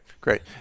great